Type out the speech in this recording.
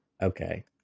Okay